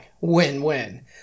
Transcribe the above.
Win-win